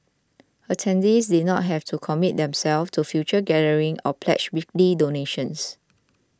attendees did not have to commit themselves to future gatherings or pledge weekly donations